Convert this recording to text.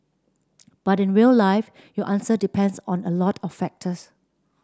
but in real life your answer depends on a lot of factors